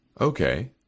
Okay